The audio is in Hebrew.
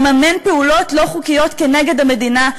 לממן פעולות לא חוקיות כנגד המדינה.